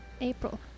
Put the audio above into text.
April